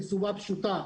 מסיבה פשוטה: